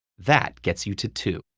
that gets you to two.